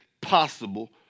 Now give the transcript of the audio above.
possible